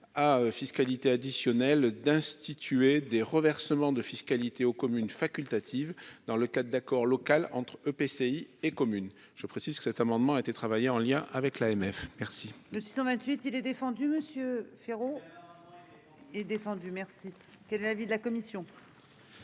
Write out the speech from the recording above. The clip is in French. à fiscalité additionnelle d'instituer des reversements de fiscalité aux communes facultative dans le cadre d'accord local entre EPCI et commune. Je précise que cet amendement a été travailler en lien avec l'AMF merci. Le 628 il est défendu monsieur Féraud. Et défendu merci quel l'avis de la commission.--